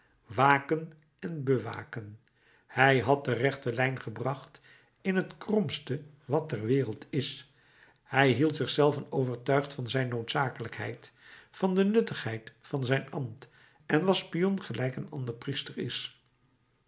waken en bewaken hij had de rechte lijn gebracht in het kromste wat ter wereld is hij hield zich zelven overtuigd van zijn noodzakelijkheid van de nuttigheid van zijn ambt en was spion gelijk een ander priester is